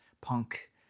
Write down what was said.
punk